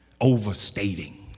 overstating